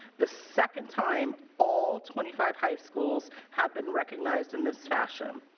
the second time all twenty five high schools have been recognized in this fashion.